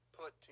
put